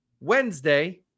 Wednesday